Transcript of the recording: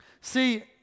See